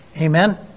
Amen